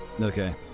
Okay